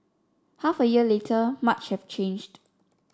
half a year later much have changed